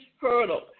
hurdle